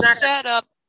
setup